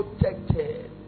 protected